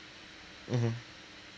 mmhmm